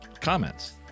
comments